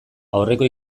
aurreko